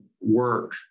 work